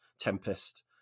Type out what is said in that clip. Tempest